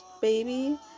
baby